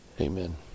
amen